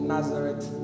Nazareth